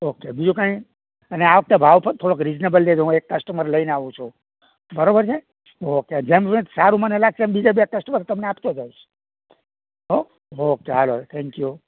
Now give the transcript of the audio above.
okay બીજું કાંઈ અને આ વખતે ભાવ પણ થોડોક રિઝનેબલ લેજો હું એક કસ્ટમર લઈને આવું છું બરાબર છે ઓકે જેમ મને સારું લાગશે એમ તમને બીજા કસ્ટમર આપતો જઈશ હોં ઓકે હાલો થેન્કયુ